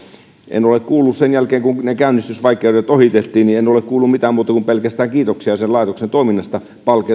en ole kuullut sen jälkeen kun ne käynnistysvaikeudet ohitettiin mitään muuta kuin pelkästään kiitoksia sen laitoksen toiminnasta